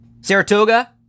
Saratoga